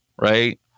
right